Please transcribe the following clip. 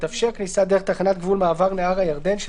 תתאפשר כניסה דרך תחנת גבול "מעבר נהר הירדן" של